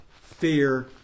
Fear